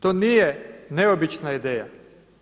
To nije neobična ideja.